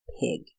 pig